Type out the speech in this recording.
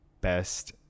best